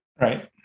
Right